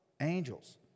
angels